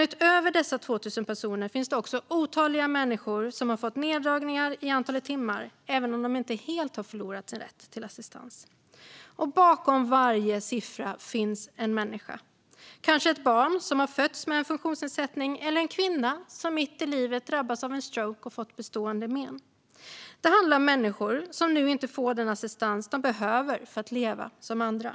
Utöver dessa 2 000 personer finns det otaliga människor som har fått neddragning i antalet timmar även om de inte helt har förlorat sin rätt till assistans. Bakom varje siffra finns en människa. Det kan vara ett barn som har fötts med en funktionsnedsättning eller en kvinna som mitt i livet drabbats av en stroke och fått bestående men. Det handlar om människor som nu inte får den assistans de behöver för att leva ett liv som andra.